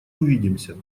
увидимся